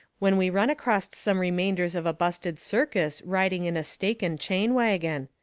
when we run acrost some remainders of a busted circus riding in a stake and chain wagon.